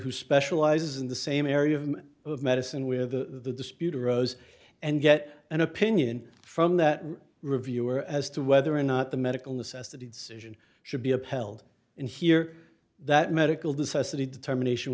who specializes in the same area of medicine where the dispute arose and get an opinion from that reviewer as to whether or not the medical necessity decision should be upheld and here that medical decisively determination